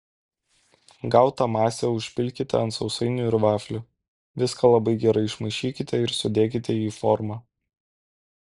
gautą masę užpilkite ant sausainių ir vaflių viską labai gerai išmaišykite ir sudėkite į formą